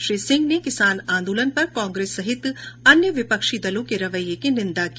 श्री सिंह ने किसान आंदोलन पर कांग्रेस सहित अन्य विपक्षी दलों के रवैये की निंदा की